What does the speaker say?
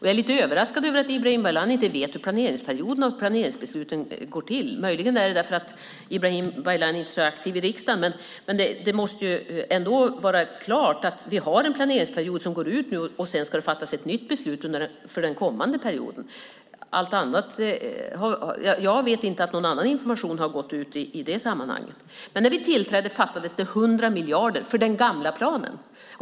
Jag är lite överraskad över att Ibrahim Baylan inte vet hur planeringsperioderna är och hur planeringsbesluten går till. Möjligen beror det på att Ibrahim Baylan inte är så aktiv i riksdagen. Men det måste ändå vara klart att vi har en planeringsperiod som går ut nu och att det sedan ska fattas ett nytt beslut för den kommande perioden. Jag vet inte att någon annan information har gått ut i det sammanhanget. När vi tillträdde fattades det 100 miljarder för den gamla planen.